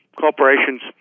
corporations